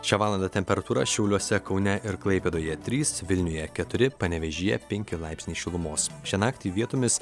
šią valandą temperatūra šiauliuose kaune ir klaipėdoje trys vilniuje keturi panevėžyje penki laipsniai šilumos šią naktį vietomis